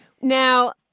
Now